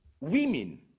women